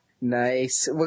Nice